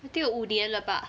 I think 有五年了吧